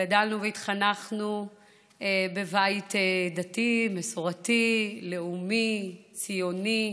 גדלנו והתחנכנו בבית דתי, מסורתי, לאומי, ציוני,